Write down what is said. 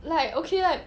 like okay lah